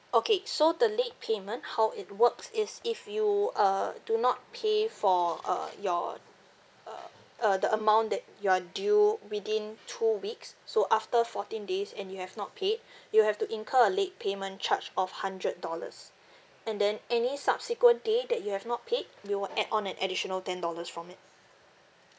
okay so the late payment how it works is if you uh do not pay for uh your uh uh the amount that you are due within two weeks so after fourteen days and you have not paid you have to incur a late payment charge of hundred dollars and then any subsequent day that you have not paid we will add on an additional ten dollars from it